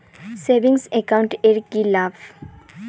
Savings account এর কি লাভ?